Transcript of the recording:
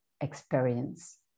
experience